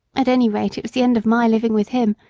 at any rate, it was the end of my living with him,